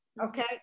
Okay